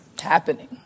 happening